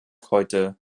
heute